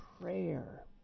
prayer